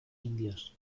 indios